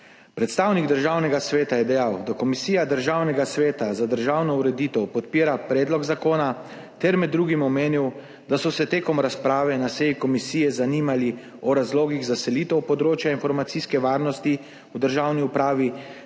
Predstavnik Državnega sveta je dejal, da Komisija Državnega sveta za državno ureditev podpira predlog zakona, ter med drugim omenil, da so se v razpravi na seji komisije zanimali o razlogih za selitev področja informacijske varnosti v državni upravi